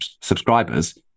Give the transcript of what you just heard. subscribers